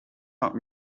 not